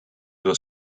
was